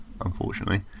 unfortunately